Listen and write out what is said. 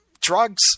drugs